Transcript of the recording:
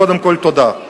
קודם כול, תודה,